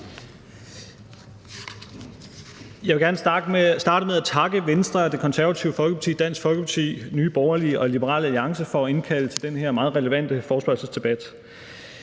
Jeg vil gerne starte med at takke Venstre og Det Konservative Folkeparti, Dansk Folkeparti og Nye Borgerlige og Liberal Alliance for at have indkaldt til den her meget relevante forespørgselsdebat.